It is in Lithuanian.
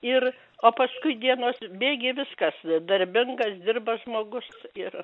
ir o paskui dienos bėgyje viskas darbingas dirba žmogus ir